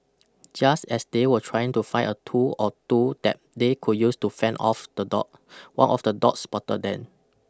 just as they were trying to find a tool or two that they could use to fend off the dog one of the dogs spotted them